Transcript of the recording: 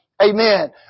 Amen